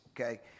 Okay